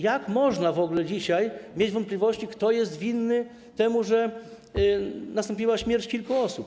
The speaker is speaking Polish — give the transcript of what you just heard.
Jak można w ogóle dzisiaj mieć wątpliwości, kto jest winny temu, że nastąpiła śmierć kilku osób?